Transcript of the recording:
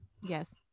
yes